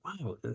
wow